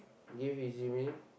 give easy meh